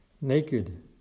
naked